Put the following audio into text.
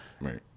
Right